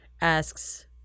asks